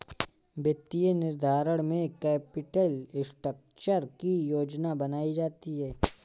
वित्तीय निर्धारण में कैपिटल स्ट्रक्चर की योजना बनायीं जाती है